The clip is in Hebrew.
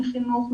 חינוך,